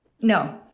No